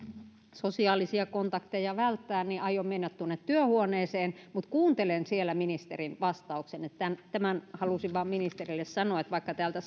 sosiaalisia kontakteja välttää niin aion mennä tuonne työhuoneeseeni mutta kuuntelen siellä ministerin vastauksen tämän tämän halusin vain ministerille sanoa että vaikka täältä